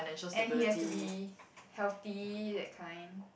and he has to be healthy that kind